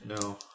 No